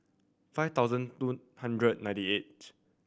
five thousand two hundred ninety eighth